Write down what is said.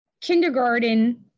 kindergarten